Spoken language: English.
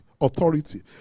authority